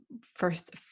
first